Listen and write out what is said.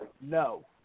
No